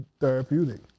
therapeutic